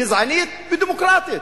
גזענית ודמוקרטית.